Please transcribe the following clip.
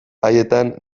haietan